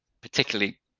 particularly